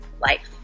life